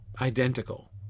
identical